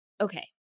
Okay